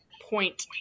point